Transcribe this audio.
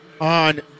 on